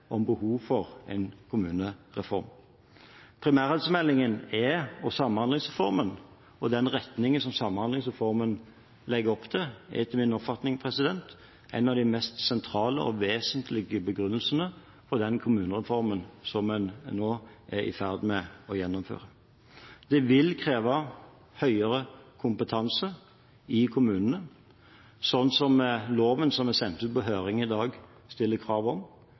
om behovet for en kommunereform. Primærhelsemeldingen og samhandlingsreformen og den retningen som samhandlingsreformen legger opp til, er etter min oppfatning en av de mest sentrale og vesentlige begrunnelsene for den kommunereformen som en nå er i ferd med å gjennomføre. Det vil kreve høyere kompetanse i kommunene, slik som loven som er sendt ut på høring i dag, stiller krav om,